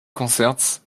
concerts